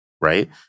right